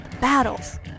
Battles